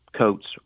Coats